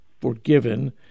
forgiven